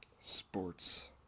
Sports